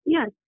Yes